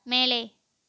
மேலே